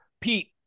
Pete